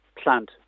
plant